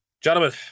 Gentlemen